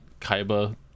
Kaiba